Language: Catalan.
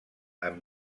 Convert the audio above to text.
amb